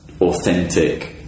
authentic